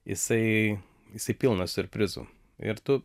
jisai jisai pilnas siurprizų ir tu